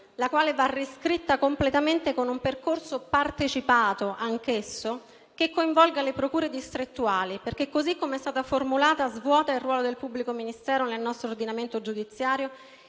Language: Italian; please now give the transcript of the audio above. la quale va riscritta completamente con un percorso partecipato, anch'esso, che coinvolga le procure distrettuali, perché così come è stata formulata svuota il ruolo del pubblico ministero nel nostro ordinamento giudiziario